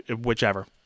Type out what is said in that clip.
whichever